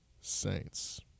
Saints